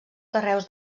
carreus